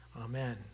Amen